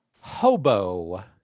Hobo